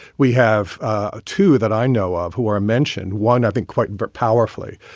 we have ah two that i know of who are mentioned. one, i think quite but powerfully,